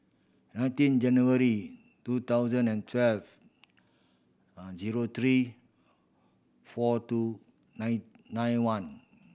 nineteen January two thousand and twelve zero three four two nine nine one